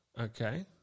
Okay